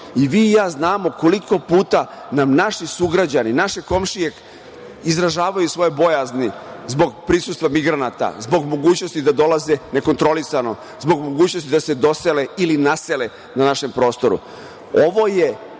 I vi i ja znamo koliko puta nam naši sugrađani, naše komšije izražavaju svoje bojazni zbog prisustva migranata, zbog mogućnosti da dolaze nekontrolisano, zbog mogućnosti da se dosele ili nasele na našem prostoru. Ovo